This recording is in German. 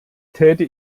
täte